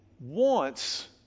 wants